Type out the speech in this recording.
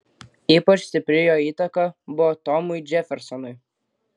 ypač stipri jo įtaka buvo tomui džefersonui